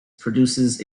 produces